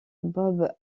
bob